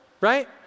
right